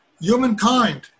humankind